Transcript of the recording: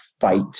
fight